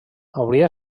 hauria